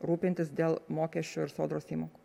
rūpintis dėl mokesčių ir sodros įmokų